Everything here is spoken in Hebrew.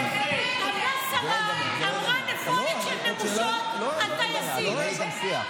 אמרה "נפולת של נמושות הטייסים" טייסים,